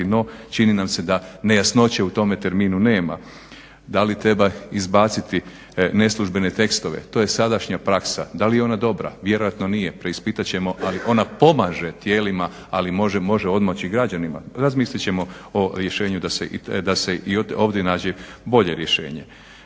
no čini nam se da nejasnoće u tome terminu nema. Da li treba izbaciti neslužbene tekstove, to je sadašnja praksa, da li je ona dobra, vjerojatno nije, preispitat ćemo ali ona pomaže tijelima, ali može odmoći građanima, razmislit ćemo o rješenju da se i ovdje nađe bolje rješenje.